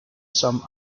some